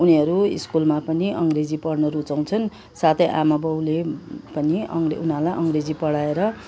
उनीहरू स्कुलमा पनि अङ्ग्रेजी पढ्नु रुचाउँछन् साथै आमा बाउले पनि अङ्ग्रे उनाहरूलाई अङ्ग्रेजी पढाएर